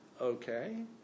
Okay